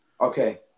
Okay